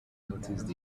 noticed